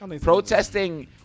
Protesting